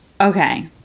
Okay